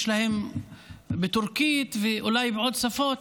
יש להם בטורקית ואולי בעוד שפות.